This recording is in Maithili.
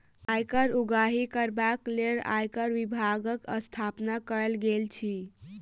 आयकर उगाही करबाक लेल आयकर विभागक स्थापना कयल गेल अछि